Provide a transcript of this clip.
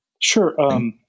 Sure